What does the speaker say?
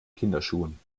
kinderschuhen